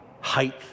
height